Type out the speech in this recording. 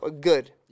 good